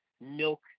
milk